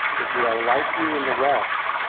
if we are like you in the rest,